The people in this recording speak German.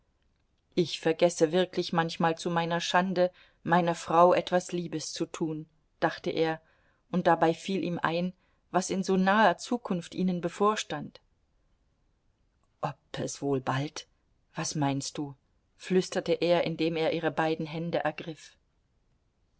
ich vergesse wirklich manchmal zu meiner schande meiner frau etwas liebes zu tun dachte er und dabei fiel ihm ein was in so naher zukunft ihnen bevorstand ob es wohl bald was meinst du flüsterte er indem er ihre beiden hände ergriff